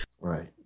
Right